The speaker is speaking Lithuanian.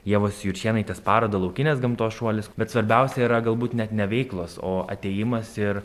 ievos juršėnaitės parodą laukinės gamtos šuolis bet svarbiausia yra galbūt net ne veiklos o atėjimas ir